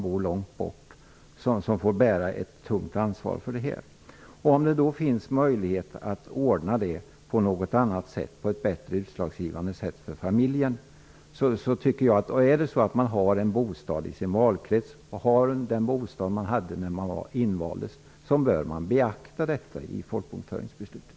Den hemmavarande får bära ett tungt ansvar för det hela. Om det då finns möjlighet att ordna det på ett bättre sätt för familjen och om man har en bostad i sin valkrets och hade den när man invaldes bör man beakta detta i folkbokföringsbeslutet.